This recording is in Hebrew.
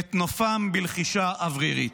את גופם בלחישה אוורירית /